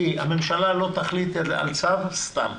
הממשלה לא תחליט על צו סתם.